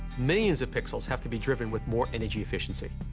millions of pixels have to be driven with more energy efficiency.